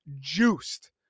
juiced